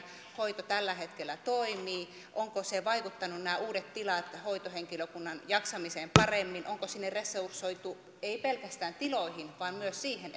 hoito tällä hetkellä toimii ovatko vaikuttaneet nämä uudet tilat hoitohenkilökunnan jaksamiseen paremmin onko sinne resursoitu ei pelkästään tiloihin vaan myös siihen